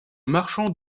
marchand